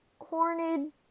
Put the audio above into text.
horned